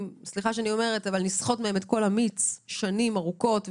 שסוחטים מהאנשים את המיץ שנים ארוכות,